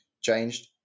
changed